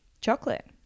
chocolate